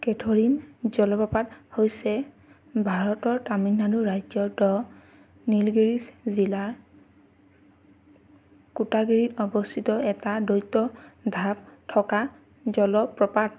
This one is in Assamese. কেথৰিন জলপ্ৰপাত হৈছে ভাৰতৰ তামিলনাডু ৰাজ্যৰ দ নীলগিৰিছ জিলাৰ কোটাগিৰিত অৱস্থিত এটা দ্বৈত ঢাপ থকা জলপ্ৰপাত